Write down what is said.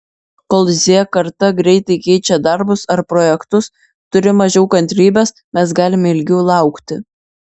kol z karta greitai keičia darbus ar projektus turi mažiau kantrybės mes galime ilgiau laukti